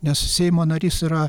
nes seimo narys yra